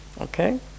Okay